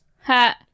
Ha